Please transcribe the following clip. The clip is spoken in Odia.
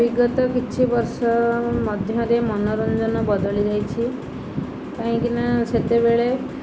ବିଗତ କିଛି ବର୍ଷ ମଧ୍ୟରେ ମନୋରଞ୍ଜନ ବଦଳିଯାଇଛି କାହିଁକିନା ସେତେବେଳେ